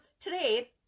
today